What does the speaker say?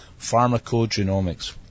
pharmacogenomics